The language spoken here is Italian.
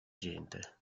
gente